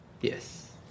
yes